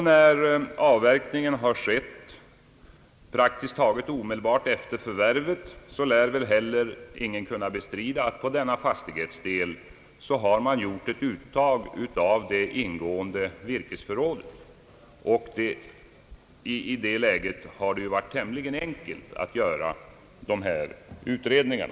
När avverkningen skett praktiskt taget omedelbart efter förvärvet, lär väl ingen heller kunna bestrida, att man på denna fastighetsdel gjort ett uttag av det ingående virkesförrådet — ett kapitaluttag. I det läget har det varit tämligen enkelt att göra dessa utredningar.